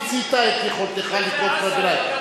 מיצית את יכולתך לקרוא קריאות ביניים.